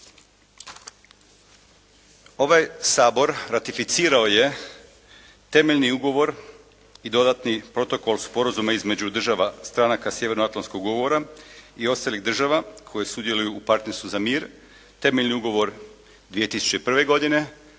Ovaj Sabor ratificirao je temeljni ugovor i dodatni protokol sporazuma između država stranaka sjevernoatlantskog ugovora i ostalih država koje sudjeluju u Partnerstvu za mir, temeljni ugovor 2001. godine,